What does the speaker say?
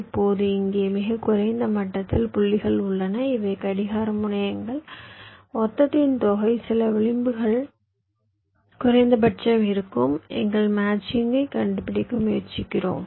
இப்போது இங்கே மிகக் குறைந்த மட்டத்தில் புள்ளிகள் உள்ளன இவை கடிகார முனையங்கள் மொத்தத்தின் தொகை சில விளிம்புகள் குறைந்தபட்சம் இருக்கும் மேட்சிங்கை கண்டுபிடிக்க முயற்சிக்கிறோம்